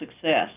success